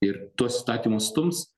ir tuos įstatymus stums